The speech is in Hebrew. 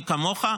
מי כמוך,